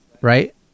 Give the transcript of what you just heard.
Right